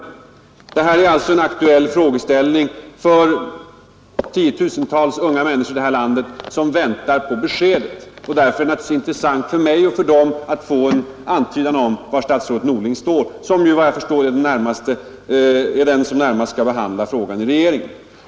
Detta är en aktuell frågeställning för tiotusentals unga människor i det här landet som väntar på besked. Därför är det naturligtvis intressant för mig och för dem att få en antydan var statsrådet Norling står, som ju är den som närmast skall behandla frågan i regeringen.